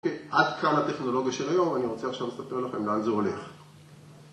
עד כאן הטכנולוגיה של היום, אני רוצה עכשיו לספר לכם לאן זה הולך